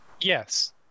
Yes